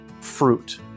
fruit